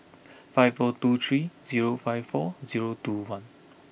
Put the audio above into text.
five four two three zero five four zero two one